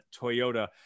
Toyota